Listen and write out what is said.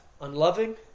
Unloving